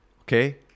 okay